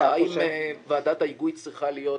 האם ועדת ההיגוי צריכה להיות